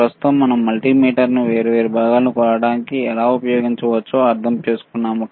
ప్రస్తుతం మనం మల్టీమీటర్ను వేర్వేరు భాగాలను కొలవడానికి ఎలా ఉపయోగించవచ్చో అర్థం చేసుకున్నాము